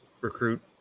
recruit